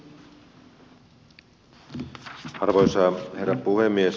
arvoisa herra puhemies